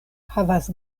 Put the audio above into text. havas